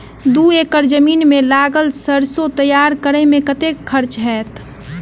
दू एकड़ जमीन मे लागल सैरसो तैयार करै मे कतेक खर्च हेतै?